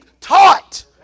taught